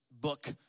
book